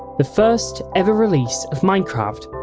the first ever release of minecraft,